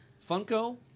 Funko